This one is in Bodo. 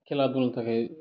खेला दुलानि थाखाय